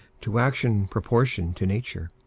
to action proportioned to nature,